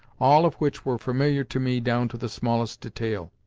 all of which were familiar to me down to the smallest detail.